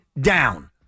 down